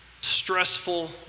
stressful